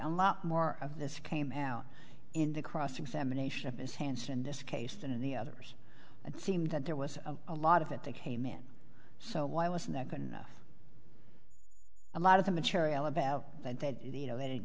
a lot more of this came out in the cross examination of ms hanson in this case than in the others it seemed that there was a lot of it they came in so why wasn't there good enough a lot of the material about the you know they didn't